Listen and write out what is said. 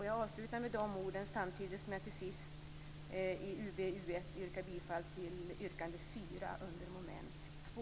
Jag yrkar bifall till reservation 4 delvis under mom. 2.